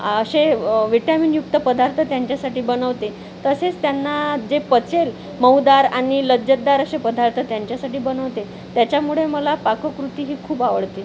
असे विटॅमिनयुक्त पदार्थ त्यांच्यासाठी बनवते तसेच त्यांना जे पचेल मऊदार आणि लज्जतदार असे पदार्थ त्यांच्यासाठी बनवते त्याच्यामुळे मला पाककृती ही खूप आवडते